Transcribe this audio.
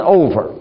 over